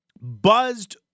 buzzed